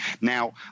Now